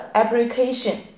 application